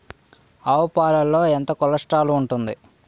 ఆవు పాలలో ఎంత కొలెస్ట్రాల్ ఉంటుంది?